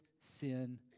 sin